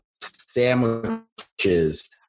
sandwiches